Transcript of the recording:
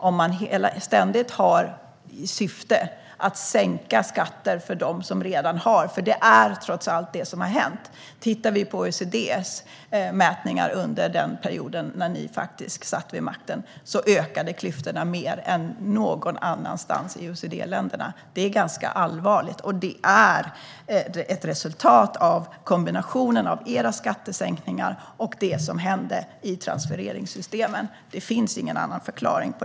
Ni har ständigt som syfte att sänka skatter för dem som redan har. Det är trots allt det som har hänt. Vi kan titta på OECD:s mätningar under den period när ni satt vid makten. Klyftorna ökade mer än någon annanstans bland OECD-länderna. Det är ganska allvarligt. Och det är ett resultat av kombinationen av era skattesänkningar och det som hände i transfereringssystemen. Det finns ingen annan förklaring.